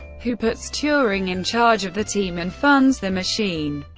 who puts turing in charge of the team and funds the machine.